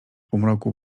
półmroku